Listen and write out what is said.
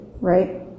right